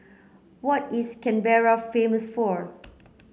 what is Canberra famous for